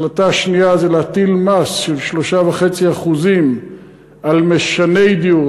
החלטה שנייה זה להטיל מס של 3.5% על משני דיור.